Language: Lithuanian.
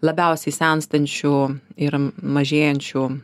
labiausiai senstančių ir mažėjančių